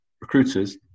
recruiters